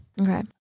Okay